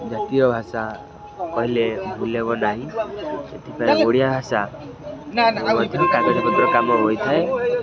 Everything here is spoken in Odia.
ଜାତୀୟ ଭାଷା କହିଲେ ଭୁଲ ହେବ ନାହିଁ ସେଥିପାଇଁ ଓଡ଼ିଆ ଭାଷା ମଧ୍ୟରୁ କାଗଜପତ୍ର କାମ ହୋଇଥାଏ